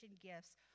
gifts